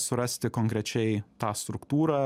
surasti konkrečiai tą struktūrą